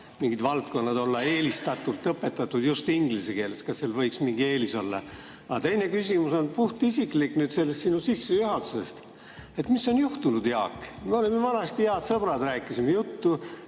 mingeid valdkondi õpetada just inglise keeles. Kas seal võiks mingi eelis olla? Aga teine küsimus on puhtisiklik selle sinu sissejuhatuse tõttu. Mis on juhtunud, Jaak? Me olime vanasti head sõbrad, rääkisime juttu.